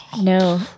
No